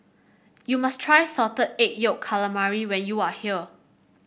you must try Salted Egg Yolk Calamari when you are here